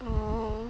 oh